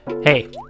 Hey